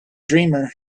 dreamer